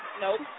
Nope